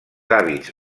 hàbits